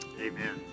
Amen